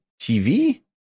TV